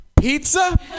pizza